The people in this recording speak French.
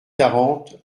quarante